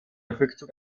rückzug